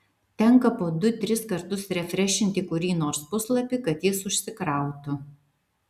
tenka po du tris kartus refrešinti kurį nors puslapį kad jis užsikrautų